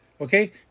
okay